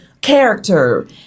character